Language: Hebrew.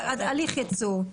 הליך ייצור.